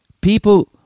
people